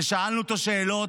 ושאלנו אותו שאלות,